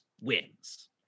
wins